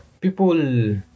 people